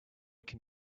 can